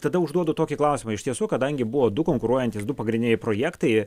tada užduodu tokį klausimą iš tiesų kadangi buvo du konkuruojantys du pagrindiniai projektai